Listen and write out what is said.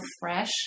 fresh